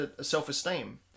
self-esteem